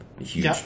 huge